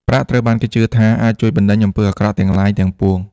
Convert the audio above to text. ប្រាក់ត្រូវបានគេជឿថាអាចជួយបណ្តេញអំពើអាក្រក់ទាំងឡាយ ទាំងពួង។